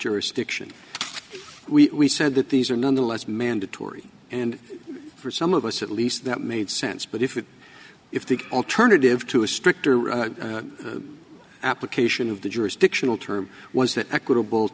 jurisdiction we said that these are nonetheless mandatory and for some of us at least that made sense but if it if the alternative to a stricter application of the jurisdictional term was that equitable